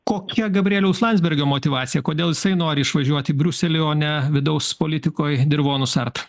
kokia gabrieliaus landsbergio motyvacija kodėl jisai nori išvažiuot į briuselį o ne vidaus politikoj dirvonus art